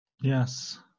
Yes